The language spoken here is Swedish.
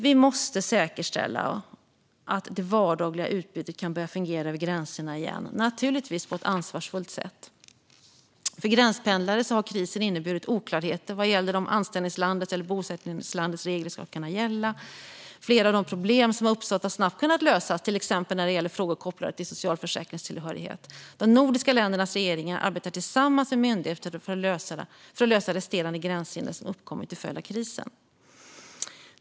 Vi måste säkerställa att det vardagliga utbytet kan börja fungera över gränserna igen - naturligtvis på ett ansvarsfullt sätt. För gränspendlare har krisen inneburit oklarheter vad gäller om anställningslandets eller bosättningslandets regler ska kunna gälla. Flera av de problem som har uppstått har snabbt kunnat lösas, till exempel när det gäller frågor kopplade till socialförsäkringstillhörighet. De nordiska ländernas regeringar arbetar tillsammans med myndigheter för att lösa resterande gränshinder som har uppkommit till följd av krisen.